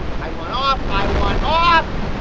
i want off. i want off!